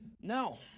no